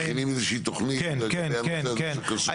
מכינים איזשהו תוכנית לנושא הזה של כשרות?